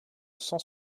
cent